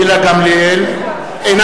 (קורא בשמות חברי הכנסת) גילה גמליאל, אינה